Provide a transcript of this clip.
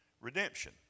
redemption